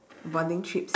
bonding trips